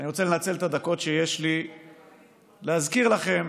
אני רוצה לנצל את הדקות שיש לי להזכיר לכם